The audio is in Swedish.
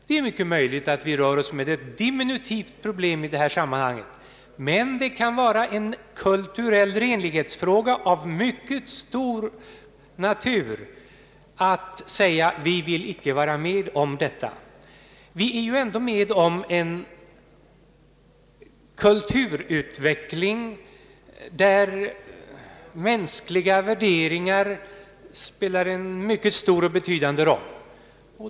Det är mycket möjligt att vi rör Oss med ett diminutivt problem i detta sammanhang, men det kan vara en kulturell renlighetsfråga av mycket stor omfattning att säga att vi inte vill vara med om detta. Vi är ju ändå med om en kulturutveckling, där mänskliga värderingar spelar en mycket stor och betydande roll.